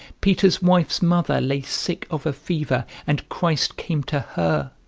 peter's wife's mother lay sick of a fever, and christ came to her